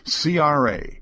CRA